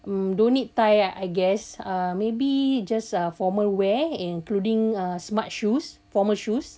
um don't need tie ah I guess err maybe just a formal wear including uh smart shoes formal shoes